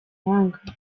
mahanga